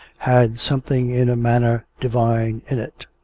had something in a manner divine in it